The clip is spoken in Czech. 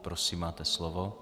Prosím, máte slovo.